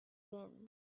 din